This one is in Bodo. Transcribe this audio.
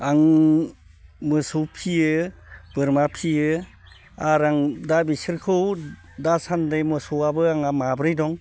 आं मोसौ फियो बोरमा फियो आरो आं दा बेसोरखौ दासान्दि मोसौआबो आंहा माब्रै दं